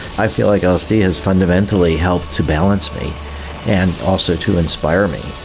i feel like lsd has fundamentally helped to balance me and also to inspire me.